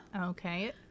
Okay